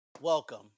Welcome